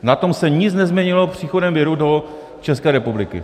Na tom se nic nezměnilo příchodem viru do České republiky.